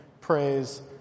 praise